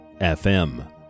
FM